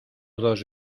dos